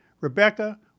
Rebecca